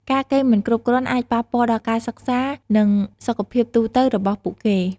ការគេងមិនគ្រប់គ្រាន់អាចប៉ះពាល់ដល់ការសិក្សា និងសុខភាពទូទៅរបស់ពួកគេ។